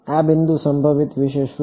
આ બિંદુએ સંભવિત વિશે શું